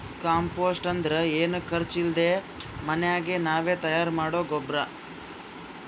compost ಅಂದ್ರ ಏನು ಖರ್ಚ್ ಇಲ್ದೆ ಮನ್ಯಾಗೆ ನಾವೇ ತಯಾರ್ ಮಾಡೊ ಗೊಬ್ರ